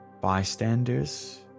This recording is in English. bystanders